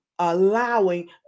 Allowing